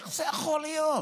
איך זה יכול להיות?